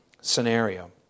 scenario